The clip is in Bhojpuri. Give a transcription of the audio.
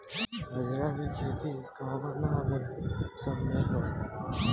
बाजरा के खेती कवना मौसम मे होला?